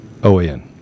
OAN